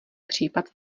případ